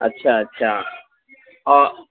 اچھا اچھا اور